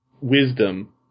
Wisdom